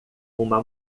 uma